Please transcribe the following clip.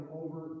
over